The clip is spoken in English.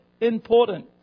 important